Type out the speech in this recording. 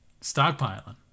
stockpiling